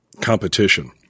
competition